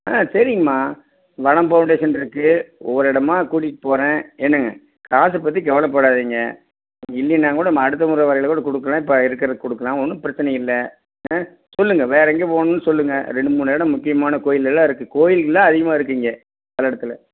ஆ சரிங்கம்மா வனம் ஃபவுண்டேஷன் இருக்குது ஒவ்வொரு இடமா கூட்டிகிட்டு போகிறேன் என்னங்க காசை பற்றி கவலைப்படாதிங்க இல்லைன்னா கூட நம்ம அடுத்த முறை வர்றயில் கூட கொடுக்கலாம் இப்போ இருக்கிறத கொடுக்கலாம் ஒன்றும் பிரச்சினை இல்லை ஆ சொல்லுங்க வேறு எங்கே போகணுன்னு சொல்லுங்க ரெண்டு மூணு இடம் முக்கியமான கோயிலெல்லாம் இருக்குது கோயில் தான் அதிகமாக இருக்குது பல்லடத்தில்